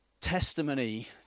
Testimony